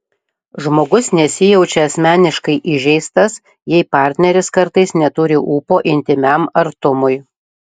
žmogus nesijaučia asmeniškai įžeistas jei partneris kartais neturi ūpo intymiam artumui